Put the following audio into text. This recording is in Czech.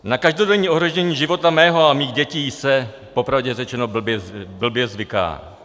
Na každodenní ohrožení života mého a mých dětí se popravdě řečeno blbě zvyká.